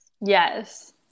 Yes